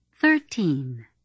Thirteen